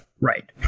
Right